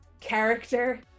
character